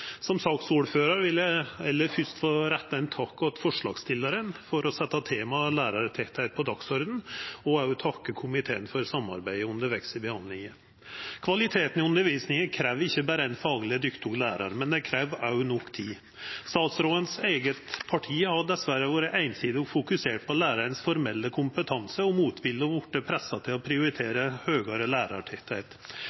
Som saksordførar vil eg aller fyrst få retta ein takk til forslagsstillaren for å setja temaet lærartettleik på dagsordenen, og eg vil òg takka komiteen for samarbeidet undervegs i behandlinga. Kvalitet i undervisninga krev ikkje berre ein fagleg dyktig lærar, kvalitet krev òg nok tid. Statsråden sitt eige parti har dessverre vore einsidig fokusert på den formelle kompetansen til læraren og motvillig vorte pressa til å